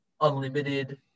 unlimited